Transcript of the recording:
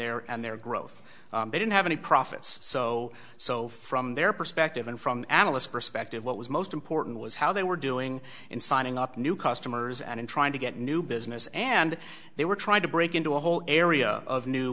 their and their growth they didn't have any profits so so from their perspective and from analysts perspective what was most important was how they were doing in signing up new customers and trying to get new business and they were trying to break into a whole area of new